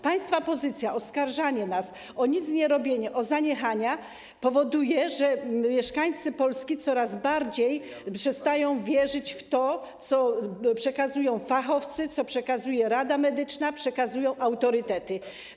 Państwa pozycja, oskarżanie nas o nicnierobienie, o zaniechania powoduje, że mieszkańcy Polski coraz bardziej przestają wierzyć w to, co przekazują fachowcy, co przekazuje rada medyczna, co przekazują autorytety.